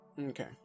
Okay